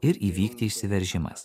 ir įvykti išsiveržimas